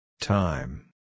Time